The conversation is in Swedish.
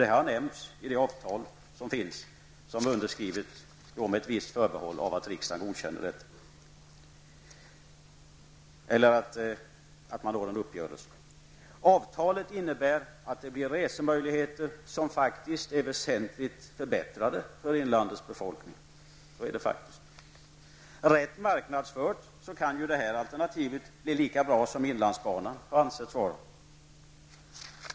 Detta har nämnts i de avtal som finns och är underskrivet med det förbehållet att riksdagen godkänner det eller att man når en uppgörelse. Avtalet innebär att det blir resmöjligheter som faktiskt är väsentligt förbättrade för inlandets befolkning. Så är det faktiskt. Rätt marknadsfört kan detta alternativ bli lika bra som inlandsbanan ansetts vara.